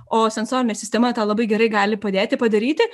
o sensorinė sistema tą labai gerai gali padėti padaryti